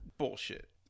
Bullshit